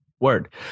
Word